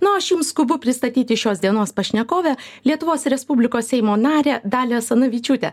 na o aš jums skubu pristatyti šios dienos pašnekovę lietuvos respublikos seimo narę dalią asanavičiūtę